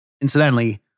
Incidentally